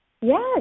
Yes